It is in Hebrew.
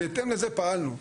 בהתאם לזה פעלנו,